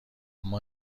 اما